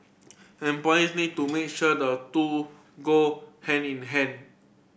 employers need to make sure the two go hand in hand